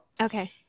Okay